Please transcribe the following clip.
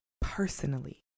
personally